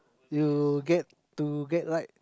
you get to get like